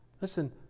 Listen